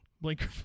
Blinker